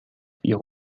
ihre